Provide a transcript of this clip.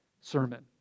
sermon